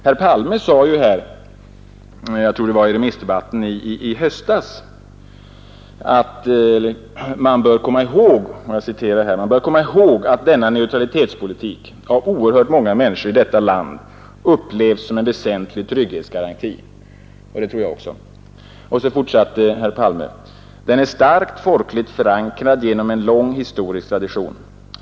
Herr Palme sade i riksdagens allmänpolitiska debatt i februari: ”Man bör komma ihåg att denna neutralitetspolitik av oerhört många människor i detta land upplevs såsom en väsentlig trygghetsgaranti.” Det tror jag också. Herr Palme fortsatte: ”Den är starkt folkligt förankrad genom en lång historisk tradition.